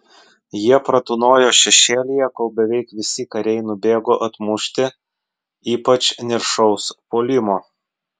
jie pratūnojo šešėlyje kol beveik visi kariai nubėgo atmušti ypač niršaus puolimo